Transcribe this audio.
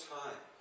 time